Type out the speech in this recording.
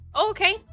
Okay